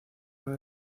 una